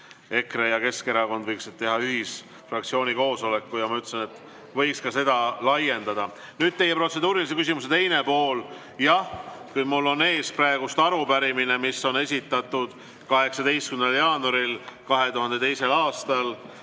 EKRE ja Keskerakond võiksid teha fraktsioonide ühiskoosoleku, ja ma ütlesin, et võiks ka seda laiendada. Nüüd teie protseduurilise küsimuse teine pool. Jah, kui mul on ees praegu arupärimine, mis on esitatud 18. jaanuaril 2022. aastal,